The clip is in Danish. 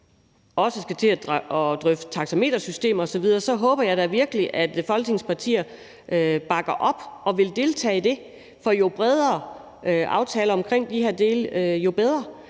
skal til at drøfte taxametersystemet osv. Så håber jeg da virkelig, at Folketingets partier bakker op og vil deltage i det. For jo bredere aftaler om de her områder, jo bedre,